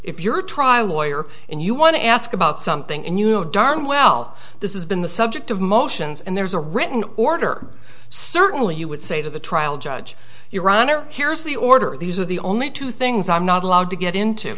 if your trial lawyer and you want to ask about something and you know darn well this is been the subject of motions and there's a written order certainly you would say to the trial judge your honor here's the order these are the only two things i'm not allowed to get into